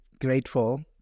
grateful